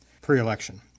pre-election